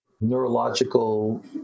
neurological